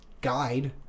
guide